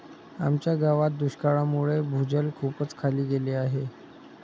आमच्या गावात दुष्काळामुळे भूजल खूपच खाली गेले आहे